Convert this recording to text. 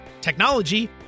technology